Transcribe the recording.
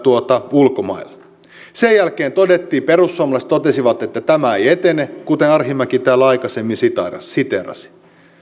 ulkomailla sen jälkeen perussuomalaiset totesivat että tämä ei etene kuten arhinmäki täällä aikaisemmin siteerasi siteerasi